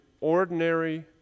ordinary